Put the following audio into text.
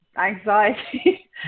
anxiety